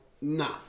nah